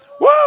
Woo